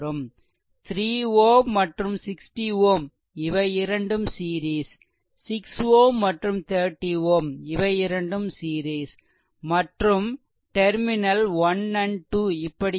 3 Ω மற்றும் 60 Ω இவை இரண்டும் சீரிஸ் 6 Ω மற்றும் 30 Ω இவை இரண்டும் சீரிஸ் மற்றும் டெர்மினல் 1 2 இப்படி இருக்கும்